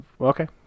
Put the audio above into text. Okay